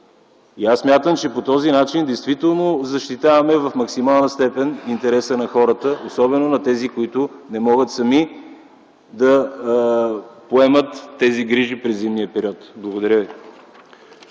Смятам, че по този начин защитаваме в максимална степен интереса на хората, особено на тези, които не могат сами да поемат тези грижи през зимния период. Благодаря.